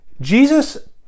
Jesus